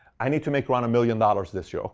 i need to make around a million dollars this year. okay,